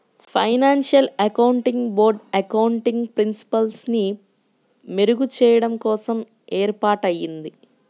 financial accounting board accounting ప్రిన్సిపల్స్ని మెరుగుచెయ్యడం కోసం ఏర్పాటయ్యింది